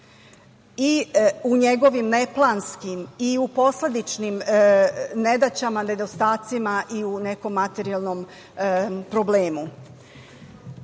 i u njegovim neplanskim i u posledičnim nedaćama, nedostacima i u nekom materijalnom problemu. Vrlo